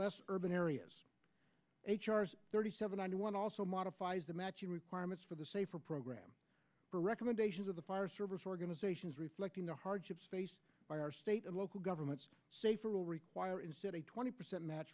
less urban areas h r s thirty seven ninety one also modifies the matching requirements for the safer program for recommendations of the fire service organizations reflecting the hardships faced by our state and local governments say for will require instead a twenty percent match